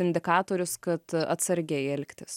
indikatorius kad atsargiai elgtis